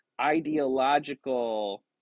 ideological